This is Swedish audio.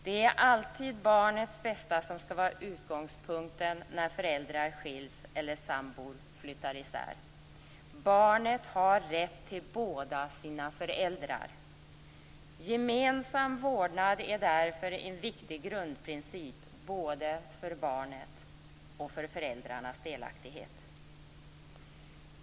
Det är alltid barnets bästa som skall vara utgångspunkten när föräldrar skils eller när sambor flyttar isär. Barnet har rätt till båda sina föräldrar. Gemensam vårdnad är därför en viktig grundprincip både för barnet och för föräldrarnas delaktighet.